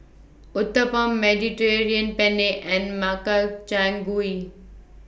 Uthapam Mediterranean Penne and Makchang Gui